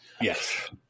Yes